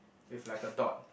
with like a dot